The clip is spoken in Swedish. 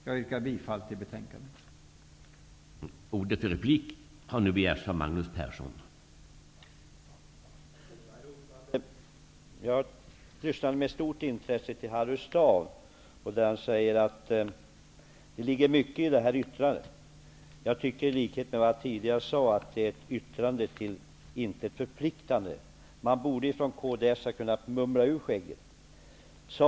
Jag yrkar bifall till hemställan i betänkandet.